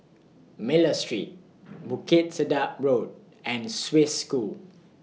Miller Street Bukit Sedap Road and Swiss School